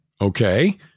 Okay